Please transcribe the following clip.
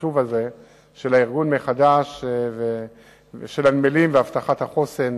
החשוב הזה של הארגון-מחדש של הנמלים והבטחת החוסן